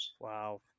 wow